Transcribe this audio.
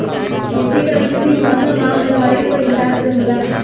खेती क स्थिति मौसम आउर जलवायु क हिसाब से होला